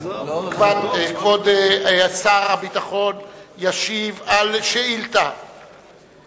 כבוד שר הביטחון ישיב על שאילתא